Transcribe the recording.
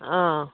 ꯑ